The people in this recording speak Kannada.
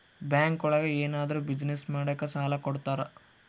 ಬ್ಯಾಂಕ್ ಒಳಗ ಏನಾದ್ರೂ ಬಿಸ್ನೆಸ್ ಮಾಡಾಕ ಸಾಲ ಕೊಡ್ತಾರ